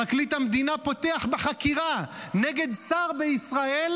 פרקליט המדינה פותח בחקירה נגד שר בישראל